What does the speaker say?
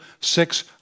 Six